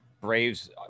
Braves